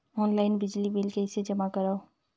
Online बिजली bill कइसे जमा करव?